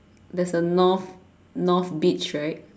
there's a north north beach right